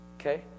okay